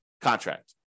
contract